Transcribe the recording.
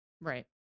Right